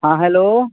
हँ हैलो